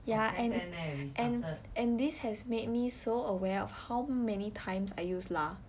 ya and and and this has made me so aware of how many times I use lah